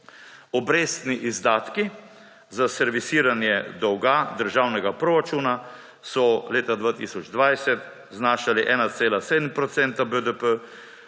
Obrestni izdatki za servisiranje dolga državnega proračuna so leta 2020 znašali 1,7 % BDP,